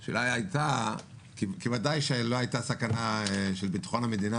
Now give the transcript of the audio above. כי ודאי שלא הייתה סכנה של ביטחון המדינה